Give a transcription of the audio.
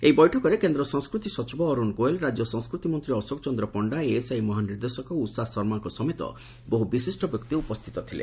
ଏହି ବୈଠକରେ କେନ୍ଦ୍ ସଂସ୍କୃତି ସଚିବ ଅରୁଣ ଗୋଏଲ୍ ରାଜ୍ୟ ସଂସ୍କୃତିମନ୍ତୀ ଅଶୋକଚନ୍ଦ ପଣ୍ଣା ଏଏସ୍ଆଇ ମହାନିର୍ଦ୍ଦେଶକ ଉଷା ଶର୍ମାଙ୍କ ସମେତ ବହୁ ବିଶିଷ ବ୍ୟକ୍ତି ଉପସ୍ଥିତ ଥିଲେ